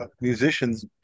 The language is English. musicians